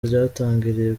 ryatangiriye